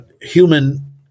human